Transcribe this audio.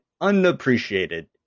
unappreciated